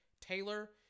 Taylor